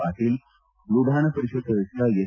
ಪಾಟೀಲ್ ವಿಧಾನಪರಿಷತ್ ಸದಸ್ಯ ಎಸ್